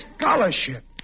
scholarship